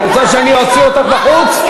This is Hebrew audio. את רוצה שאני אוציא אותך בחוץ?